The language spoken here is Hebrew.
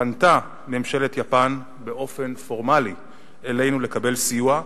פנתה ממשלת יפן באופן פורמלי אלינו לקבל סיוע.